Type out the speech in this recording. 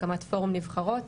הקמת פורום נבחרות.